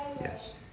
Yes